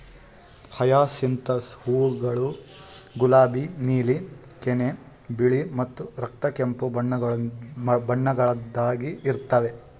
hyacinthus ಹೂವುಗೊಳ್ ಗುಲಾಬಿ, ನೀಲಿ, ಕೆನೆ, ಬಿಳಿ ಮತ್ತ ರಕ್ತ ಕೆಂಪು ಬಣ್ಣಗೊಳ್ದಾಗ್ ಇರ್ತಾವ್